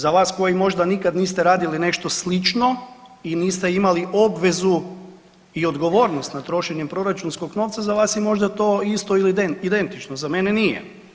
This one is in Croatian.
Za vas koji možda nikad niste radili ništa slično i niste imali obvezu i odgovornost nad trošenjem proračunskog novca, za vas je možda to isto ili identično, za mene nije.